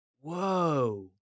Whoa